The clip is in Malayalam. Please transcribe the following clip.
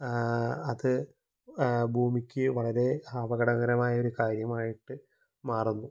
അത് ഭൂമിക്ക് വളരെ അപകടകരമായൊരു കാര്യമായിട്ട് മാറുന്നു